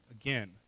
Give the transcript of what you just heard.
again